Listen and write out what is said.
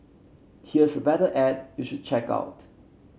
here's a better ad you should check out